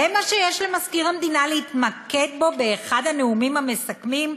זה מה שיש למזכיר המדינה להתמקד בו באחד הנאומים המסכמים?